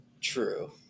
True